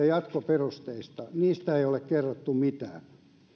jakoperusteista niistä ei ole kerrottu mitään